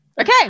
Okay